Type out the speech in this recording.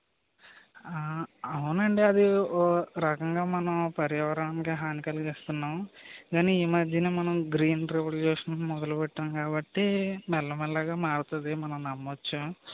అవునండీ అది ఒకరకంగా మనం పర్యావరణానికి హాని కలిగిస్తున్నాము కానీ ఈ మధ్యన మనం గ్రీన్ రివల్యూషన్ మొదలు పెట్టాము కాబట్టి మెల్ల మెల్లగా మారుతుంది మనం నమ్మవచ్చు